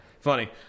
Funny